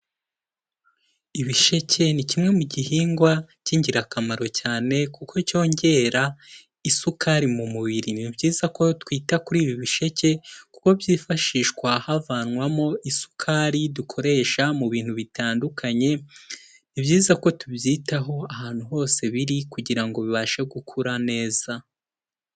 Ibisheke ni kimwe mu gihingwa cy'ingirakamaro cyane kuko cyongera isukari mu mubiri, ni byiza ko twita kuri ibi bisheke kuko byifashishwa havanwamo isukari dukoresha mu bintu bitandukanye, ni byiza ko tubyitaho ahantu hose biri kugira ngo bibashe gukura neza.